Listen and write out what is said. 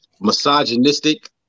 misogynistic